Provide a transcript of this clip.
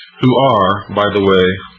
who are, by the way,